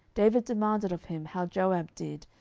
david demanded of him how joab did,